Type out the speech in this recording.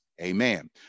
amen